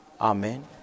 Amen